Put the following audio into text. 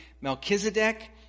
Melchizedek